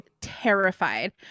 terrified